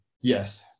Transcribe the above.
Yes